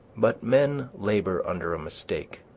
but men labor under a mistake.